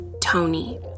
Tony